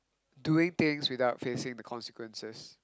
doing things without facing the consequences